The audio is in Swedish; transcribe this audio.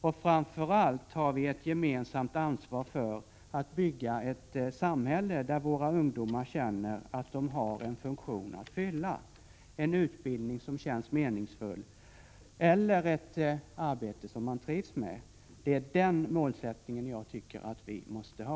Och framför allt har vi ett gemensamt ansvar för att bygga ett samhälle där våra ungdomar känner att de har en funktion att fylla. En utbildning som känns meningsfull eller ett arbete som man trivs med — det är den målsättning jag tycker vi måste ha.